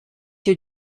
you